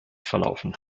verlaufen